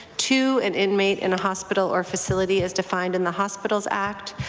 two, and inmate in a hospital or facility as defined in the hospitals act.